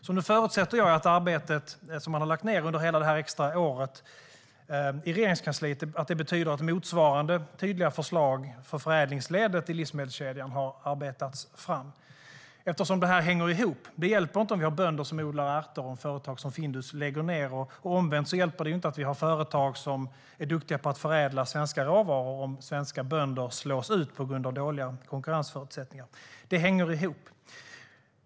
Så jag förutsätter att hela det här extra året av arbete i Regeringskansliet betyder att motsvarande tydliga förslag för förädlingsledet av livsmedelskedjan har arbetats fram. Det här hänger ihop. Det hjälper ju inte att vi har bönder som odlar ärtor om företag som Findus lägger ned. Och omvänt så hjälper det ju inte att vi har företag som är duktiga på att förädla svenska råvaror om svenska bönder slås ut på grund av dåliga konkurrensförutsättningar. Hela livsmedelskedjan hänger ihop.